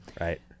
right